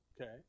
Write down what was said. Okay